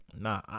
nah